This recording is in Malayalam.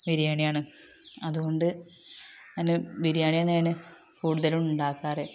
ബിരിയാണിയാണ് അതുകൊണ്ട് ഞാന് ബിരിയാണി തന്നെയാണ് കൂടുതലും ഉണ്ടാക്കാറ്